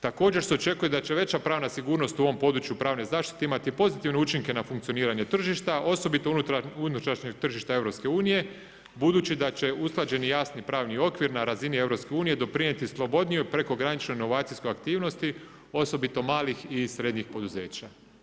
Također se očekuje da će veća pravna sigurnost u ovom području pravne zaštite imati pozitivne učinke na funkcioniranje tržišta osobito unutarnjeg tržišta Europske unije budući da će usklađeni jasni pravni okvir na razini Europske unije doprinijeti slobodnijoj prekograničnoj inovacijskoj aktivnosti osobito malih i srednjih poduzeća.